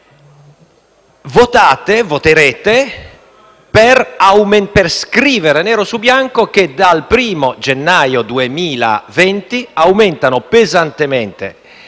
che vi resta) per scrivere nero su bianco che dal 1° gennaio 2020 aumentano pesantemente